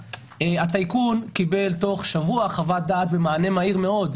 התחנה --- הטייקון קיבל תוך שבוע חוות דעת ומענה מהיר מאוד,